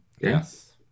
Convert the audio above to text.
Yes